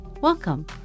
Welcome